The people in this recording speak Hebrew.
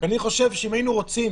אני חושב שאם היינו רוצים,